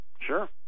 sure